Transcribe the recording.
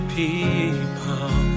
people